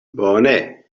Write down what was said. bone